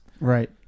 Right